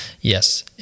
Yes